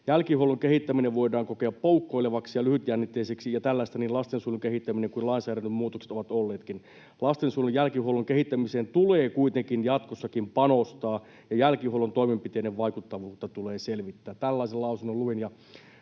Jälkihuollon kehittäminen voidaan kokea poukkoilevaksi ja lyhytjännitteiseksi, ja tällaista niin lastensuojelun kehittäminen kuin lainsäädännön muutokset ovat olleetkin. Lastensuojelun jälkihuollon kehittämiseen tulee kuitenkin jatkossakin panostaa ja jälkihuollon toimenpiteiden vaikuttavuutta tulee selvittää.” Tällaisen lausunnon luin.